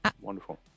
wonderful